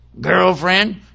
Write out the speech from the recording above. Girlfriend